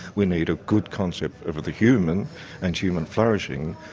we need a good concept of the human and human flourishing,